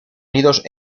nidos